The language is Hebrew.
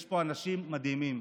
יש פה אנשים מדהימים.